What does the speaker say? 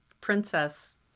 princess